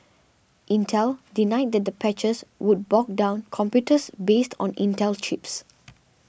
Intel denied that the patches would bog down computers based on Intel chips